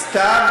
תוכנית,